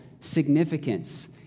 significance